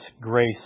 Grace